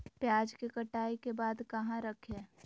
प्याज के कटाई के बाद कहा रखें?